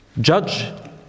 judge